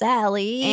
Sally